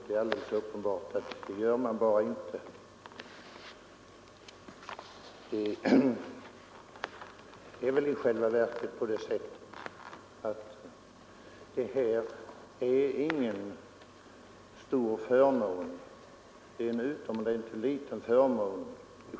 Det är alldeles uppenbart att så gör man bara inte. I själva verket är det här ingen stor förmån utan en utomordentligt liten sådan.